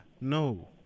no